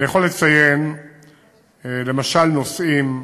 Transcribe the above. אני יכול לציין למשל נושאים,